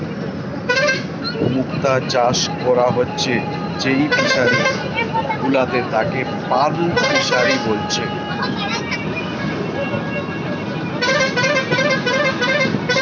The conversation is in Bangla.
মুক্ত চাষ কোরা হচ্ছে যেই ফিশারি গুলাতে তাকে পার্ল ফিসারী বলছে